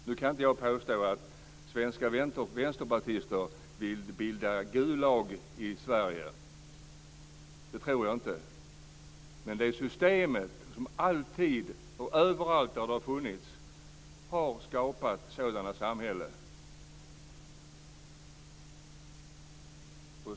Nu kan inte jag påstå att svenska vänsterpartister vill bilda Gulag i Sverige. Det tror jag inte. Men det systemet har alltid och överallt där det har funnits skapat sådana samhällen.